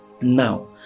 Now